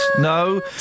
No